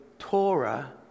Torah